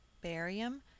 barium